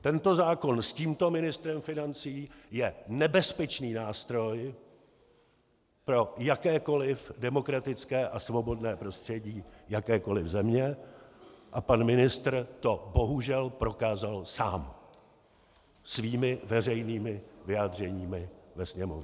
Tento zákon s tímto ministrem financí je nebezpečný nástroj pro jakékoli demokratické a svobodné prostředí jakékoli země a pan ministr to bohužel prokázal sám svými veřejnými vyjádřeními ve Sněmovně.